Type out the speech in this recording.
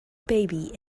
baby